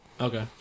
Okay